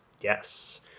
Yes